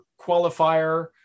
qualifier